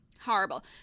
Horrible